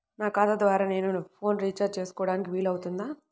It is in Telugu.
నా ఖాతా ద్వారా నేను ఫోన్ రీఛార్జ్ చేసుకోవడానికి వీలు అవుతుందా?